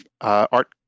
art